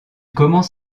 commence